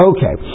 Okay